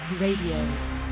Radio